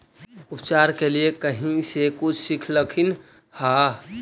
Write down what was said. उपचार के लीये कहीं से कुछ सिखलखिन हा?